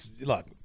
look